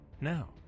Now